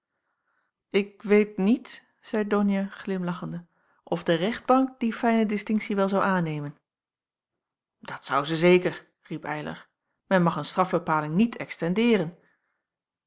ik weet niet zeî donia glimlachende of de rechtbank die fijne distinktie wel zou aannemen dat zou zij zeker riep eylar men mag een strafbepaling niet